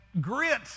grit